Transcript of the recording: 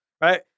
Right